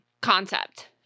concept